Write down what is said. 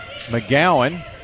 McGowan